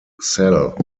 cell